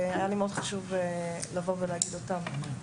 והיה לי מאוד חשוב לבוא ולדבר עליהם.